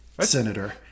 Senator